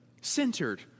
centered